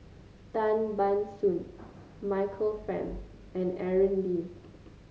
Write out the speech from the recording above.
Tan Ban Soon Michael Fam and Aaron Lee